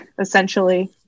essentially